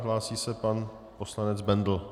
Hlásí se pan poslanec Bendl.